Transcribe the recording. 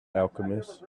alchemist